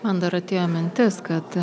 man dar atėjo mintis kad